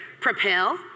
Propel